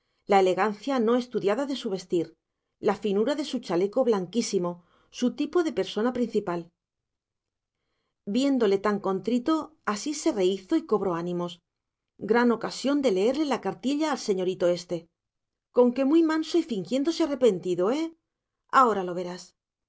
la elegancia no estudiada de su vestir la finura de su chaleco blanquísimo su tipo de persona principal viéndole tan contrito asís se rehízo y cobró ánimos gran ocasión de leerle la cartilla al señorito este conque muy manso y fingiéndose arrepentido eh ahora lo verás